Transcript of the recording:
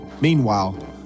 Meanwhile